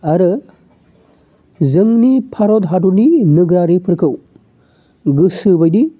आरो जोंनि भारत हादरनि नोगोरारिफोरखौ गोसो बायदि